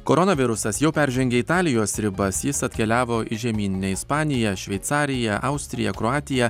koronavirusas jau peržengė italijos ribas jis atkeliavo į žemyninę ispaniją šveicariją austriją kroatiją